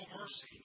mercy